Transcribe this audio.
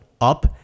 up